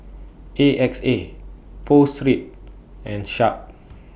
A X A Pho Street and Sharp